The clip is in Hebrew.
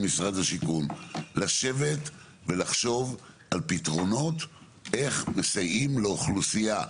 משרד השיכון לשבת ולחשוב על פתרונות איך מסייעים לאוכלוסייה,